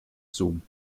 zoom